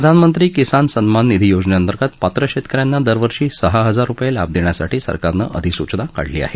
प्रधानमंत्री किसान सम्मान निधी योजनेअंतर्गत पात्र शेतकऱ्यांना दर वर्षी सहा हजार रुपये लाभ देण्यासाठी सरकारनं अधिसूचना काढली आहे